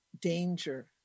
Danger